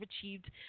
achieved